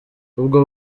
ubwo